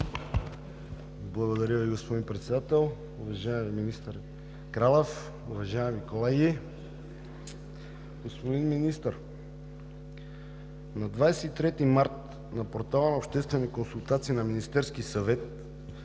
Благодаря Ви, господин Председател. Уважаеми министър Кралев, уважаеми колеги! Господин Министър, на 23 март на портала за обществени консултации на Министерския съвет